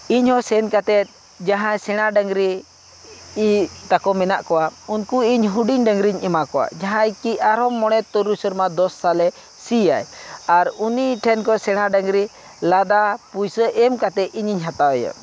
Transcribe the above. ᱤᱧᱦᱚᱸ ᱥᱮᱱ ᱠᱟᱛᱮᱫ ᱡᱟᱦᱟᱸᱭ ᱥᱮᱬᱟ ᱰᱟᱹᱝᱨᱤ ᱛᱟᱠᱚ ᱢᱮᱱᱟᱜ ᱠᱚᱣᱟ ᱩᱱᱠᱩ ᱤᱧ ᱦᱩᱰᱤᱧ ᱰᱟᱹᱝᱨᱤᱧ ᱮᱢᱟ ᱠᱚᱣᱟ ᱡᱟᱦᱟᱸᱭ ᱠᱤ ᱟᱨᱦᱚᱸ ᱢᱚᱬᱮ ᱛᱩᱨᱩᱭ ᱥᱮᱨᱢᱟ ᱫᱚᱥ ᱥᱟᱞᱮ ᱥᱤᱭᱟᱭ ᱟᱨ ᱩᱱᱤ ᱴᱷᱮᱱ ᱠᱷᱚᱱ ᱥᱮᱬᱟ ᱰᱟᱹᱝᱨᱤ ᱞᱟᱫᱟ ᱯᱩᱭᱥᱟᱹ ᱮᱢ ᱠᱟᱛᱮᱫ ᱤᱧᱤᱧ ᱦᱟᱛᱟᱣᱮᱭᱟ